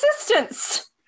assistance